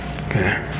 Okay